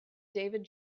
david